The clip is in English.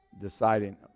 deciding